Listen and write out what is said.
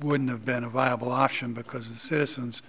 wouldn't have been a viable option because the citizens